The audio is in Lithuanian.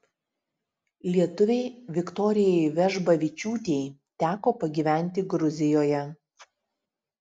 lietuvei viktorijai vežbavičiūtei teko pagyventi gruzijoje